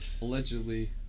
Allegedly